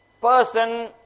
person